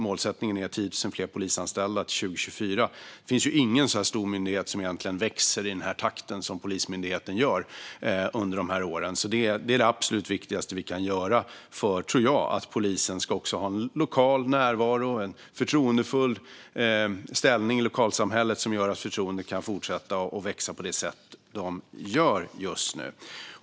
Målsättningen är 10 000 fler polisanställda till 2024. Det finns ingen stor myndighet som växer i den takt som Polismyndigheten gör under dessa år. Detta tror jag är det absolut viktigaste vi kan göra för att polisen ska ha en lokal närvaro och en förtroendefull ställning i lokalsamhället, som gör att förtroendet kan fortsätta att växa på det sätt som det gör just nu.